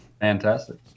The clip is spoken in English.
Fantastic